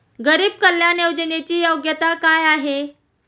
गरीब कल्याण योजनेची योग्यता काय आहे?